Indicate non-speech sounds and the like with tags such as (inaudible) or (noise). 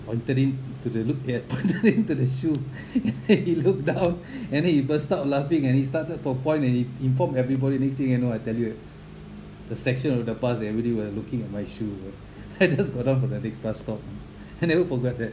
pointing to the look at (laughs) pointing the shoe (laughs) he looked down and then he burst out laughing and he started p~ point and he informed everybody next thing you know I tell you the section of the bus everybody was looking at my shoe (laughs) I just got off at the next bus stop I never forgot that